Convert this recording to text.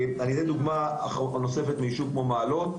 אני אתן דוגמה נוספת מיישוב כמו מעלות,